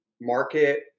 market